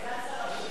לסגן שר הבריאות,